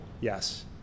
Yes